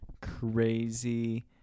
crazy